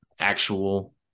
actual